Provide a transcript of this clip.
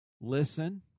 listen